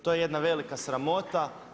To je jedna velika sramota.